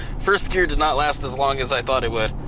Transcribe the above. first gear did not last as long as i thought it would.